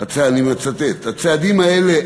אני מצטט: הצעדים האלה,